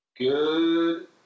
Good